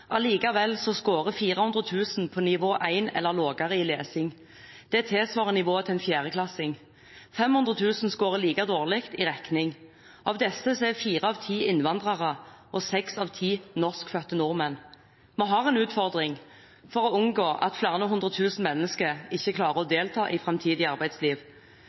Allikevel skårer 400 000 på nivå 1 eller lavere i lesing. Det tilsvarer nivået til en fjerdeklassing. 500 000 skårer like dårlig i regning. Av disse er fire av ti innvandrere og seks av ti norskfødte nordmenn. Vi har en utfordring for å unngå at flere hundre tusen mennesker ikke klarer å delta i framtidig arbeidsliv.